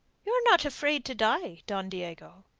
you are not afraid to die, don diego?